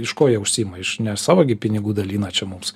iš ko jie užsiima iš ne savo gi pinigų dalina čia mums